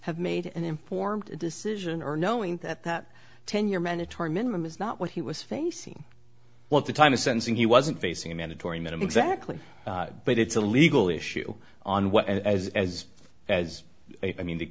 have made an informed decision or knowing that that ten year mandatory minimum is not what he was facing well at the time of sentencing he wasn't facing a mandatory minimum sackler but it's a legal issue on what as as as i mean the